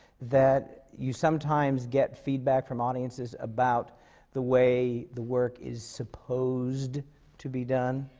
that you sometimes get feedback from audiences about the way the work is supposed to be done?